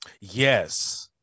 Yes